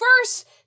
first